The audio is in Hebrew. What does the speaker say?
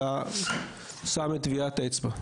אתה שם את טביעת האצבע.